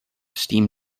steam